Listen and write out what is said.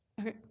Okay